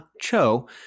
Cho